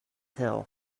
hill